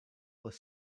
with